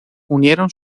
unieron